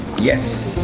yes!